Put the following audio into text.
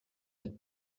that